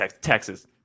Texas